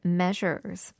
measures